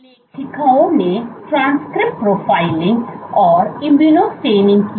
लेखकों ने transcript profiling और इम्यूनोस्टेनिंग किया